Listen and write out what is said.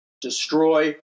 destroy